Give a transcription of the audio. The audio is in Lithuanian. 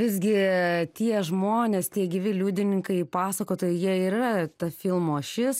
visgi tie žmonės tie gyvi liudininkai pasakotojai jie ir yra ta filmo ašis